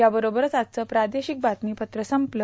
याबरोबरच आजचं प्रादेशिक बातमीपत्र संपलं